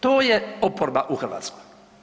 To je oporba u hrvatskoj.